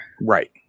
right